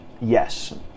yes